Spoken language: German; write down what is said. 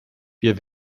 wir